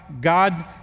God